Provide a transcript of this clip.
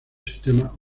sistemas